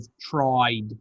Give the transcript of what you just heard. tried